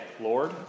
Lord